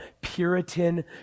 Puritan